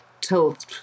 told